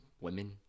women